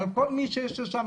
על כל מי ששם.